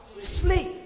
Sleep